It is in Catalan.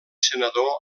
senador